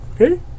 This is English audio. Okay